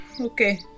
Okay